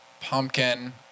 Pumpkin